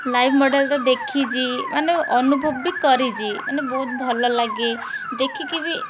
live model ତ ଦେଖିଛି ମାନେ ଅନୁଭବ ବି କରିଛି ମାନେ ବହୁତ ଭଲଲାଗେ ଦେଖିକି ବି